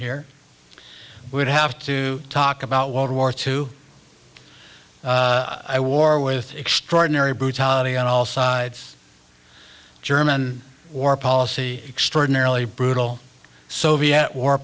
here would have to talk about world war two i war with extraordinary brutality on all sides german or policy extraordinarily brutal soviet war